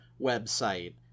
website